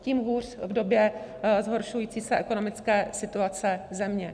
Tím hůř v době zhoršující se ekonomické situace země.